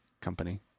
company